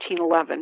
1911